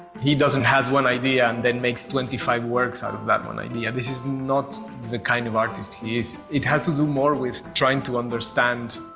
he doesn't has one idea, and then makes twenty five works out of that one idea. this is not the kind of artist he it has to do more with trying to understand,